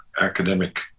academic